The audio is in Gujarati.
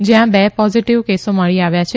જ્યાં બે ોઝીટીવ કેસો મળી આવ્યા છે